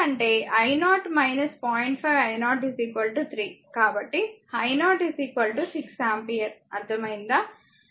కాబట్టి i0 6 ampere అర్థమైందా